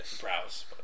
browse